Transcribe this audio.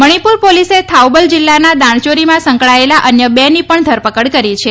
મણિપુર પોલિસે થાઉબલ જિલ્લાના દાણચોરીમાં સંકળાયેલા અન્ય બે ની પણ ધરપકડ કરી છે